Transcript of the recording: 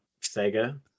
Sega